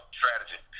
strategy